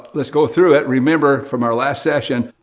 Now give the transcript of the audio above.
let's go through it. remember, from our last session,